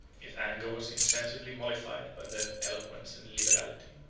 his anger was insensibly mollified by their eloquence and liberality.